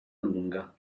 lunga